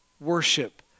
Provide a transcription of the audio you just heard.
worship